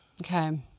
Okay